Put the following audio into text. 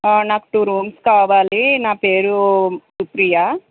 నాకు two rooms కావాలి నా పేరు ప్రియా